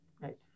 right